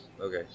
Okay